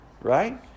right